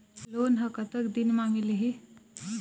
Loan ह कतक दिन मा मिलही?